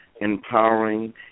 empowering